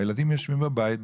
הילדים יושבים בבית,